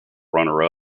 runner